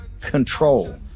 control